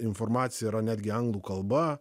informacija yra netgi anglų kalba